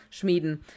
Schmieden